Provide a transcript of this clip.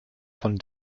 von